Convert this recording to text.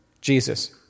Jesus